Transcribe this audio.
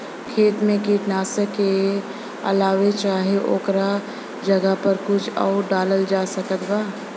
खेत मे कीटनाशक के अलावे चाहे ओकरा जगह पर कुछ आउर डालल जा सकत बा?